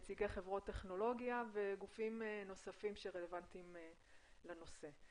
נציגי חברות טכנולוגיה וגופים נוספים שרלוונטיים לנושא.